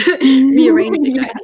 rearranging